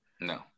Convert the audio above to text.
No